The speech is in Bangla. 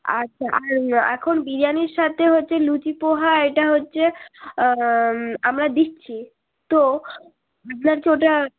আচ্ছা আর এখন বিরিয়ানির সাথে হচ্ছে লুচি পোহা এটা হচ্ছে আমরা দিচ্ছি তো আপনার কি ওটা